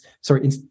sorry